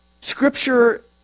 Scripture